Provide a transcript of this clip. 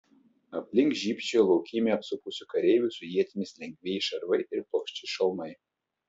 aplink žybčiojo laukymę apsupusių kareivių su ietimis lengvieji šarvai ir plokšti šalmai